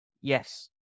Yes